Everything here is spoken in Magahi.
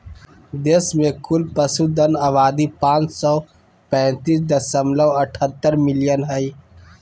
देश में कुल पशुधन आबादी पांच सौ पैतीस दशमलव अठहतर मिलियन हइ